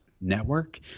Network